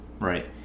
right